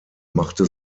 machte